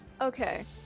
Okay